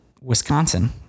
Wisconsin